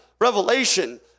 revelation